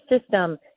system